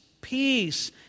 peace